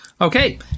okay